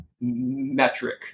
metric